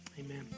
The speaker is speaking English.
Amen